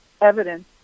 evidence